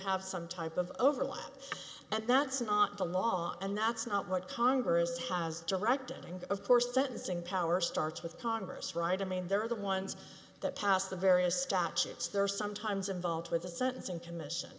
have some type of overlap and that's not the law and that's not what congress has directed and of course the sentencing power starts with congress right i mean they're the ones that passed the various statutes they're sometimes involved with the sentencing commission